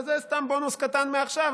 סתם בונוס קטן מעכשיו,